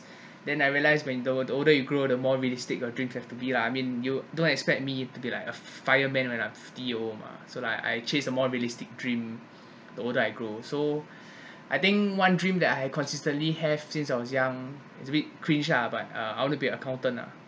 then I realised when the the older you grow the more realistic your dream have to be lah I mean you don't expect me to be like a fireman when I'm fifty year old mah so like I chase a more realistic dream the older I grow so I think one dream that I consistently have since I was young it's a bit cringe ah but uh I want to be accountant ah